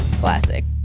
classic